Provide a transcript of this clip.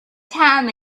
time